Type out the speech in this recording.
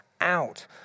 out